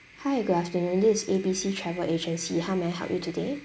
hi good afternoon this is A B C travel agency how may I help you today